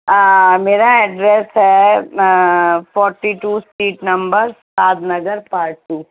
ہاں میرا ایڈریس ہے forty two street number Saad Nagar part to